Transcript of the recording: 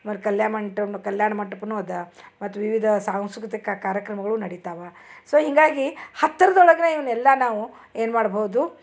ಆಮೇಲ್ ಕಲ್ಯಾಣ ಮಂಟ್ ಕಲ್ಯಾಣ ಮಂಟಪನು ಅದ ಮತ್ತು ವಿವಿಧ ಸಾಂಸ್ಕೃತಿಕ ಕಾರ್ಯಕ್ರಮಗಳು ನಡಿತವ ಸೊ ಹೀಗಾಗಿ ಹತ್ರದೊಳಗ್ನೆ ಇವ್ನೆಲ್ಲ ನಾವು ಏನು ಮಾಡ್ಬಹುದು